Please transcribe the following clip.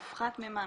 מופחת ממה?